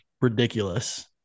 ridiculous